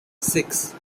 six